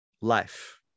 life